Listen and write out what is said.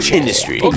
industry